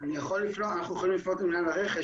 אנחנו יכולים לפנות למינהל הרכש.